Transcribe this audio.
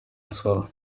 nsoro